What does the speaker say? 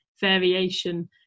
variation